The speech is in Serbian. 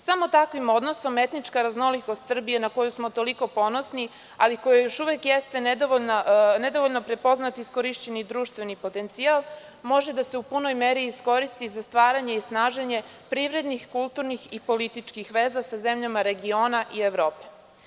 Samo takvim odnosom etnička raznolikost Srbije na koju smo toliko ponosni, ali koja još uvek jeste nedovoljno prepoznati iskorišćeni društveni potencijal, može da se u punoj meri iskoristi za stvaranje i snaženje privrednih, kulturnih i političkih veza sa zemljama regiona i Evrope.